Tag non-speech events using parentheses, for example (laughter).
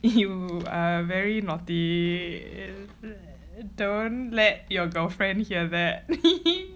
you are very naughty don't let your girlfriend hear that (laughs)